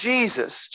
Jesus